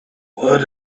what